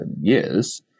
years